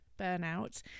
burnout